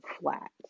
flat